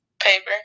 Paper